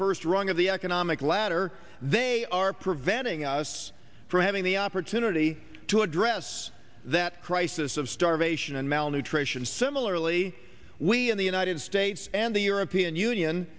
first rung of the economic ladder they are preventing us from having the opportunity to address that crisis of starvation and malnutrition similarly we in the united states and the european union